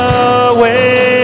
away